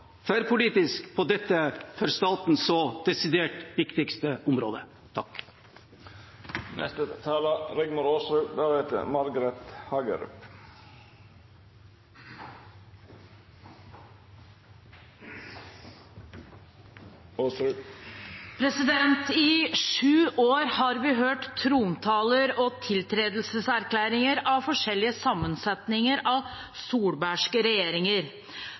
dette for staten desidert viktigste området. I sju år har vi hørt trontaler og tiltredelseserklæringer av forskjellige sammensetninger av solbergske regjeringer.